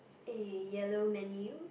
a yellow menu